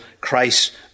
Christ